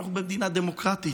אנחנו במדינה דמוקרטית,